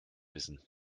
wissen